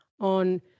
on